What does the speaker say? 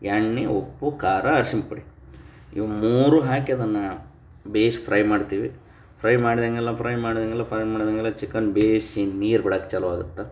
ಎಣ್ಣೆ ಉಪ್ಪು ಖಾರ ಅರ್ಶಿನ ಪುಡಿ ಇವು ಮೂರೂ ಹಾಕಿ ಅದನ್ನು ಬೇಯ್ಸಿ ಫ್ರೈ ಮಾಡ್ತೀವಿ ಫ್ರೈ ಮಾಡಿದಂಗೆಲ್ಲ ಫ್ರೈ ಮಾಡಿದಂಗೆಲ್ಲ ಫ್ರೈ ಮಾಡಿದಂಗೆಲ್ಲ ಚಿಕನ್ ಬೇಯಿಸಿ ನೀರು ಬಿಡಕ್ಕೆ ಚಾಲು ಆಗುತ್ತೆ